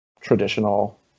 traditional